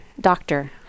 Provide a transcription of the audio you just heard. doctor